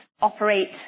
operate